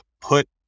put